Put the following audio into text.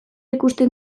ikusten